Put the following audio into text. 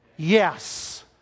yes